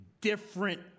different